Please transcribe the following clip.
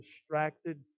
distracted